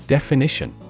Definition